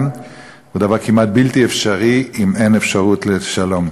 זהו דבר כמעט בלתי אפשרי אם אין אפשרות לשלום.